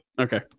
Okay